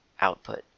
output